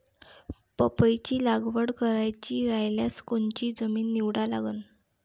पपईची लागवड करायची रायल्यास कोनची जमीन निवडा लागन?